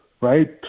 right